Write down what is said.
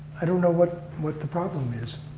i don't know what what the problem is.